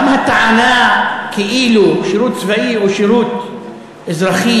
גם הטענה כאילו שירות צבאי או שירות אזרחי